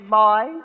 boy